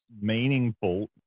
meaningful